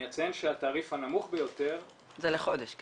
אני אציין שהתעריף הנמוך ביותר -- זה לחודש כן?